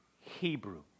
Hebrew